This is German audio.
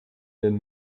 den